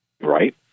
Right